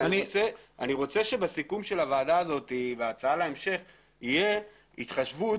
אני רוצה שבסיכום של הוועדה וההצעה להמשך תהיה התחשבות